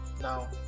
Now